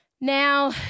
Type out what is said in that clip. Now